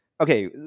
Okay